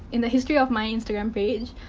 in the history of my instagram page,